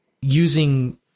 using